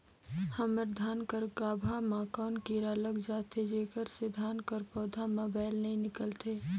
हमर धान कर गाभा म कौन कीरा हर लग जाथे जेकर से धान कर पौधा म बाएल नइ निकलथे?